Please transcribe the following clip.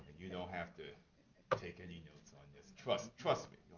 you don't have to take any notes on this, trust trust me.